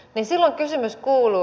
silloin kysymys kuuluu